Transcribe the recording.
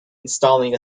installing